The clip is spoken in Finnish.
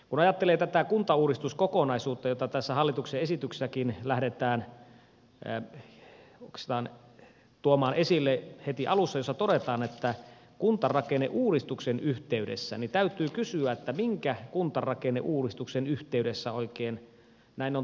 kun ajattelee tätä kuntauudistuskokonaisuutta jota tässä hallituksen esityksessäkin lähdetään oikeastaan tuomaan esille heti alussa jossa todetaan että kuntarakenneuudistuksen yhteydessä niin täytyy kysyä minkä kuntarakenneuudistuksen yhteydessä oikein näin on tehty